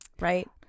right